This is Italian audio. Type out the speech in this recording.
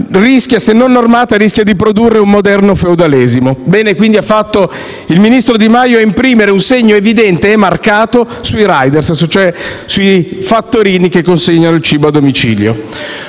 se non normata, rischia di produrre un moderno feudalesimo. Bene quindi ha fatto il ministro Di Maio a imprimere un segno evidente e marcato sui *riders*, cioè sui fattorini che consegnano il cibo a domicilio.